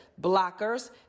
blockers